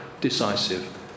decisive